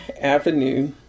Avenue